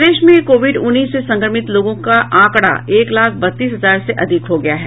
प्रदेश में कोविड उन्नीस से संक्रमित लोगों का आंकड़ा एक लाख बत्तीस हजार से अधिक हो गया है